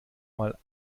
mal